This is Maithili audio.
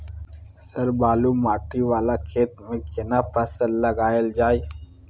सर बालू माटी वाला खेत में केना फसल लगायल जाय?